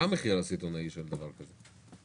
מה המחיר הסיטונאי של דבר כזה?